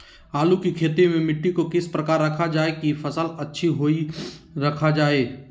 आलू की खेती में मिट्टी को किस प्रकार रखा रखा जाए की फसल अच्छी होई रखा जाए?